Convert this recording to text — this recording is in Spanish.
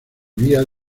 vía